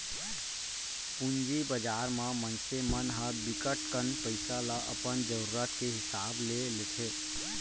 पूंजी बजार म मनसे मन ह बिकट कन पइसा ल अपन जरूरत के हिसाब ले लेथे